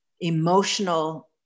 emotional